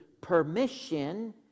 permission